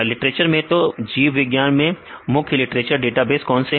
literature मैं तो जीव विज्ञान में मुख्य लिटरेचर डेटाबेस कौन से हैं